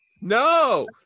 No